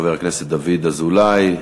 חבר הכנסת דוד אזולאי.